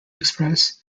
express